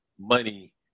money